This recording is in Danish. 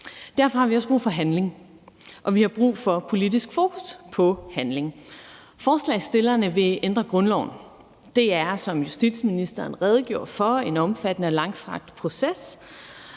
Derfor har vi også brug for handling, og vi har brug for politisk fokus på handling. Forslagsstillerne vil ændre grundloven. Det er, som justitsministeren redegjorde for, en omfattende og langstrakt proces,